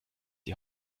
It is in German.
die